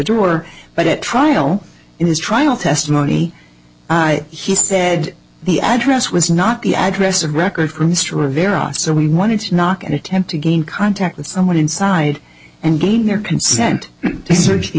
door but at trial in his trial testimony i he said the address was not the address of record for mr rivera so we wanted to knock and attempt to gain contact with someone inside and gain their consent to search the